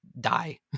die